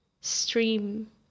stream